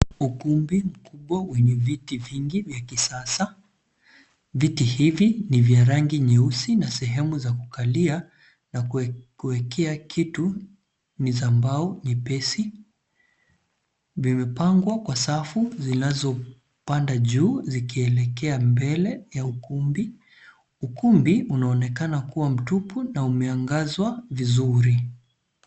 Ukumbi mkubwa wenye viti vingi vya kisasa. Viti hivi ni vya rangi nyeusi na sehemu za kukalia na kuwekea kitu ni za mbao nyepesi. Vimepangwa kwa safu zinazopanda juu zikielekea mbele ya ukumbi. Ukumbi unaonekana kuwa mtupu na umeangazwa vizuri.